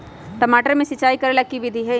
टमाटर में सिचाई करे के की विधि हई?